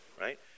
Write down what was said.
Right